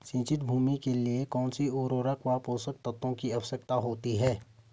सिंचित भूमि के लिए कौन सी उर्वरक व पोषक तत्वों की आवश्यकता होती है?